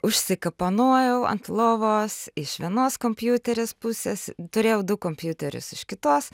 užsikapanojau ant lovos iš vienos kompiuteris pusės turėjau du kompiuterius iš kitos